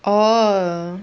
orh